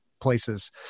places